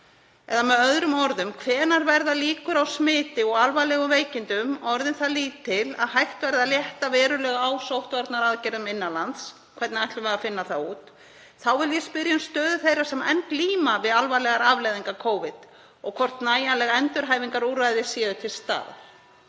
Eða með öðrum orðum: Hvenær verða líkur á smiti og alvarlegum veikindum orðin það lítil að hægt verður að létta verulega á sóttvarnaaðgerðum innan lands? Hvernig ætlum við að finna það út? Þá vil ég spyrja um stöðu þeirra sem enn glíma við alvarlegar afleiðingar Covid og hvort nægjanleg endurhæfingarúrræði séu til staðar.